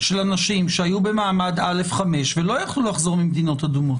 של אנשים שהיו במעמד א5 ולא יכלו לחזור ממדינות אדומות.